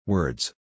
Words